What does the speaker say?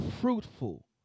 fruitful